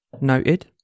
noted